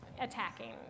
attacking